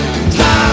Time